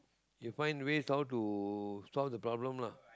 you find ways how to solve the problem lah